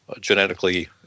genetically